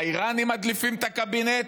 האיראנים מדליפים מהקבינט?